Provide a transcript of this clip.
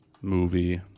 movie